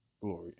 glory